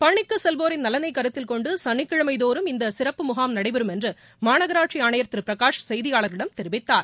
பணிக்கு செல்வோரின் நலனை கருத்தில் கொண்டு சனிக்கிழமை தோறும் இந்த சிறப்பு முகாம் நடைபெறும் என்று மாநகராட்சி ஆணையர் திரு பிரகாஷ் செய்தியாளர்களிடம் தெிவித்தார்